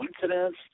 coincidence